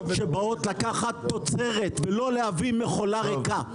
שבאות לקחת תוצאת ולא להביא מכולה ריקה.